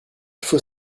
faut